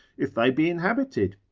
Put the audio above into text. if they be inhabited?